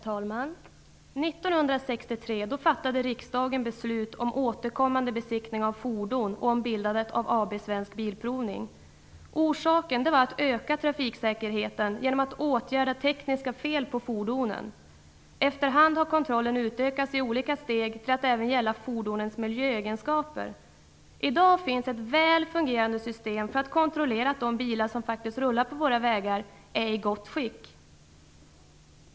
Herr talman! 1963 fattade riksdagen beslut om återkommande besiktning av fordon och om bildandet av AB Svensk Bilprovning. Syftet var att öka trafiksäkerheten genom att åtgärda tekniska fel på fordonen. Efter hand har kontrollen utökats i olika steg till att även gälla fordonens miljöegenskaper. I dag finns ett väl fungerande system för att kontroller att de bilar som faktiskt rullar på våra vägar är i gott skick.